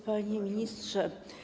Panie Ministrze!